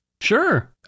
sure